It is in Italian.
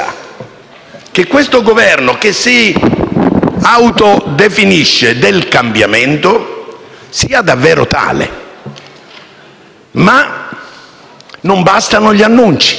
che questo Governo, che si autodefinisce del cambiamento, sia davvero tale. Ma non bastano gli annunci,